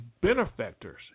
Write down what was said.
benefactors